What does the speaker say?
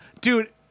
Dude